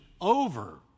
over